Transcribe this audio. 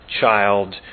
child